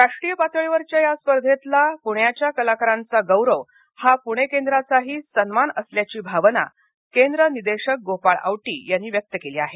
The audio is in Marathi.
राष्ट्रीय पातळीवरच्या या स्पर्धेतला पृण्याच्या कलाकारांचा गौरव हा पूणे केंद्राचाही सन्मान असल्याची भावना केंद्र निदेशक गोपाळ अवटी यांनी व्यक्त केली आहे